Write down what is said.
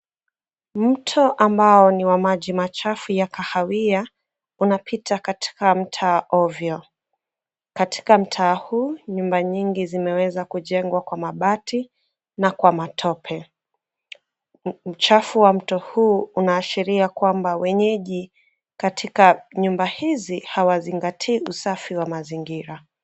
Mto ambao ni wa maji machafu ya kahawia, unapita katika mtaa ovyo. Katika mtaa huu, nyumba nyingi zimeweza kujengwa kwa mabati, na kwa matope. Huku uchafu wa mto huu, unaashiria kwamba wenyeji, katika nyumba hizi, hawazingatii usafi wa mazingira.